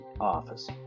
Office